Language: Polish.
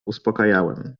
uspokajałem